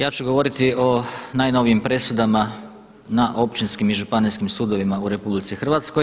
Ja ću govoriti o najnovijim presudama na općinskim i županijskim sudovima u RH.